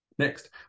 Next